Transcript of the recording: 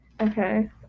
okay